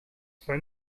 phone